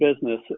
business